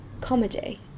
comedy